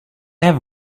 have